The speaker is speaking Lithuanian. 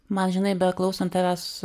man žinai beklausant tavęs